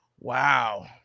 Wow